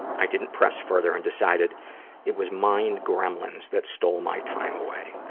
i didn't press further and decided it was mind gremlins that stole my time away. oh,